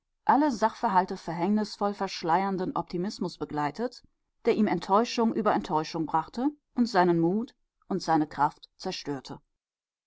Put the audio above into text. alle sachverhalte verhängnisvoll verschleiernden optimismus begleitet der ihm enttäuschung über enttäuschung brachte und seinen mut und seine kraft zerstörte